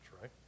right